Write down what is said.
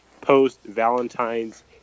post-Valentine's